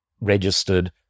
registered